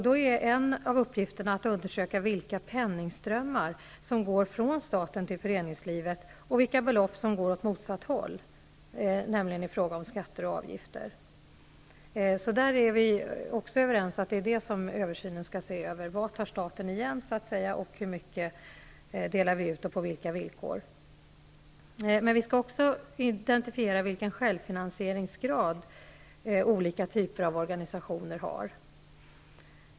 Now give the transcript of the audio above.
Då är en av uppgifterna att undersöka vilka penningströmmar som går från staten till föreningslivet och vilka belopp som går åt motsatt håll i form av skatter och avgifter. Vi är överens där också. Översynen skall se över detta med vad staten tar igen och hur mycket delar den ut och på vilka villkor. Men vi skall också identifiera vilken självfinansieringsgrad olika typer av organisationer har.